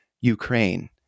Ukraine